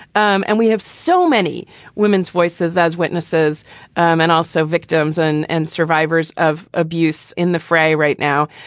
um and we have so many women's voices as witnesses and also victims and and survivors of abuse in the fray right now,